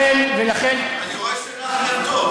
ולכן, אני רואה שנחת טוב.